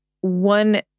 One